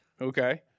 Okay